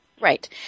Right